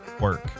Work